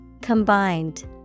Combined